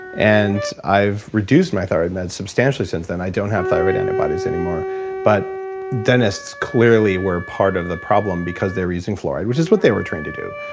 and i've reduced my thyroid meds substantially since then. i don't have thyroid antibodies anymore but dentists clearly were part of the problem because they're using fluoride, which is what they were trained to do.